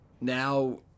now